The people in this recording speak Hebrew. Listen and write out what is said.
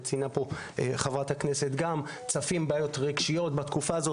ציינה פה חברת הכנסת שצפות בעיות רגשיות בתקופה הזאת.